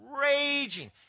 Raging